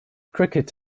cricket